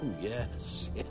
yes